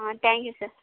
ah thank you sir